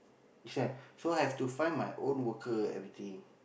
this one so I have to find my own worker everything